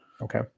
Okay